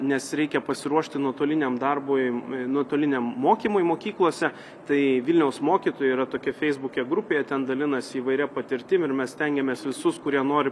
nes reikia pasiruošti nuotoliniam darbui nuotoliniam mokymui mokyklose tai vilniaus mokytojų yra tokia feisbuke grupė jie ten dalinasi įvairia patirtim ir mes stengiamės visus kurie nori